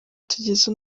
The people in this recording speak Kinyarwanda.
tugeze